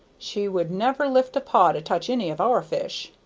she would never lift a paw to touch any of our fish.